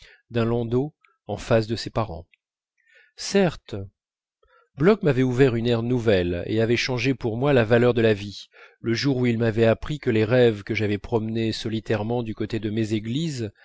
d'un landau en face de ses parents certes bloch m'avait ouvert une ère nouvelle et avait changé pour moi la valeur de la vie le jour où il m'avait appris que les rêves que j'avais promenés solitairement du côté de